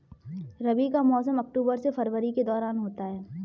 रबी का मौसम अक्टूबर से फरवरी के दौरान होता है